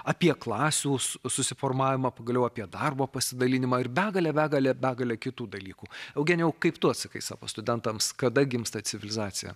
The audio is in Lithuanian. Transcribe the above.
apie klasių susiformavimą pagaliau apie darbo pasidalinimą ir begalę begalę begalę kitų dalykų eugenijau kaip tu atsakai savo studentams kada gimsta civilizacija